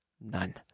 None